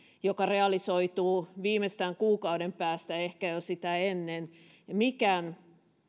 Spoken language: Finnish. mikä realisoituu viimeistään kuukauden päästä ehkä jo sitä ennen mikään